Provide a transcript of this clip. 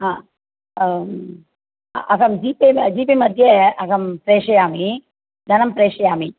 हा अहं G Pay मे जिपे मध्ये अहं प्रेषयामि धनं प्रेषयामि